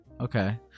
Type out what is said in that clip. Okay